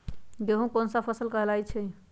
गेहूँ कोन सा फसल कहलाई छई?